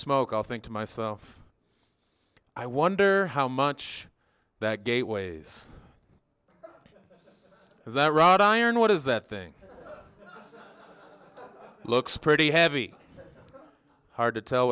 smoke i'll think to myself i wonder how much that gateway's is that rot iron what is that thing looks pretty heavy hard to tell